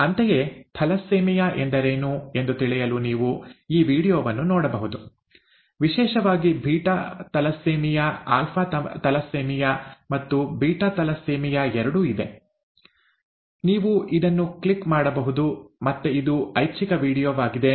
ಅಂತೆಯೇ ಥಲಸ್ಸೆಮಿಯಾ ಎಂದರೇನು ಎಂದು ತಿಳಿಯಲು ನೀವು ಈ ವೀಡಿಯೊವನ್ನು ನೋಡಬಹುದು ವಿಶೇಷವಾಗಿ ಬೀಟಾ ಥಲಸ್ಸೆಮಿಯಾ ಆಲ್ಫಾ ಥಲಸ್ಸೆಮಿಯಾ ಮತ್ತು ಬೀಟಾ ಥಲಸ್ಸೆಮಿಯಾ ಎರಡೂ ಇದೆ ನೀವು ಇದನ್ನು ಕ್ಲಿಕ್ ಮಾಡಬಹುದು ಮತ್ತೆ ಇದು ಐಚ್ಛಿಕ ವೀಡಿಯೊವಾಗಿದೆ